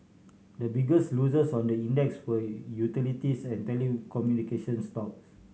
the biggest losers on the index were utilities and telecommunication stocks